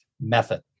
method